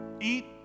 eat